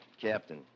Captain